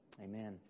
Amen